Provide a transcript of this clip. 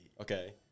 Okay